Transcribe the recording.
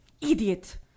Idiot